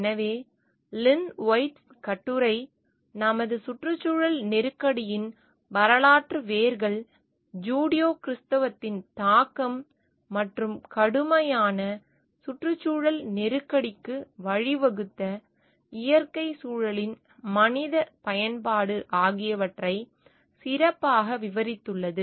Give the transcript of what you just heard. எனவே Lynn White's கட்டுரை நமது சுற்றுச்சூழல் நெருக்கடியின் வரலாற்று வேர்கள் ஜூடியோ கிறிஸ்தவத்தின் தாக்கம் மற்றும் கடுமையான சுற்றுச்சூழல் நெருக்கடிக்கு வழிவகுத்த இயற்கை சூழலின் மனித பயன்பாடு ஆகியவற்றை சிறப்பாக விவரித்துள்ளது